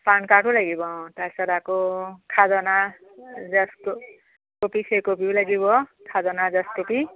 পান কাৰ্ডো লাগিব অ তাৰপিছত আকৌ খাজানা জাষ্ট কপি সেইকপিও লাগিব খাজনা জাষ্ট কপি